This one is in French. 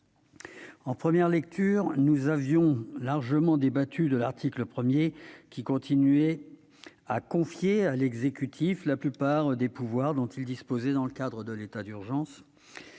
En première lecture, nous avions largement débattu de l'article 1, qui conservait à l'exécutif la plupart des pouvoirs dont il disposait dans le cadre de l'état d'urgence